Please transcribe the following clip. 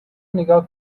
نیگا